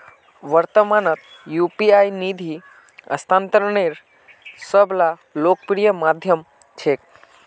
वर्त्तमानत यू.पी.आई निधि स्थानांतनेर सब स लोकप्रिय माध्यम छिके